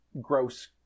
gross